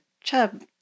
chub